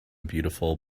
beautiful